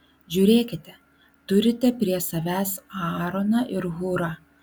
žiūrėkite turite prie savęs aaroną ir hūrą